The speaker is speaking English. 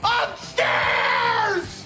upstairs